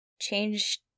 Change